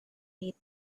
need